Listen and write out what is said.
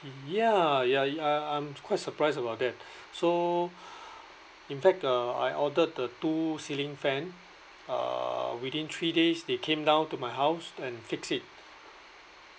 ya ya I I'm quite surprised about that so in fact uh I ordered the two ceiling fan uh within three days they came down to my house and fix it